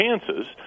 chances